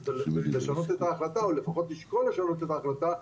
לשנות את ההחלטה או לפחות לשקול לשנות את ההחלטה,